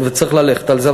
וצריך ללכת על זה.